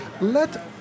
let